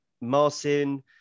Marcin